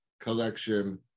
collection